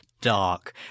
dark